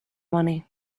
money